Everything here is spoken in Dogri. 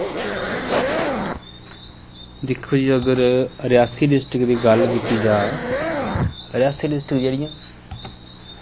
दिक्खो जी अगर रेआसी डिस्ट्रिक दी गल्ल कीती जा रेआसी डिस्ट्रिक जेह्ड़ी ऐ